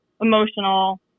emotional